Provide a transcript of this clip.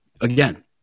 again